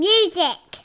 Music